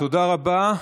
תודה רבה.